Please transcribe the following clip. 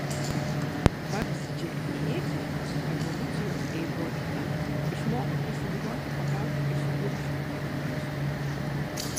vabzdžiaėdžiai evoliucijos eigoje išmoko prisivilioti pagauti ir suvirškinti vabzdžius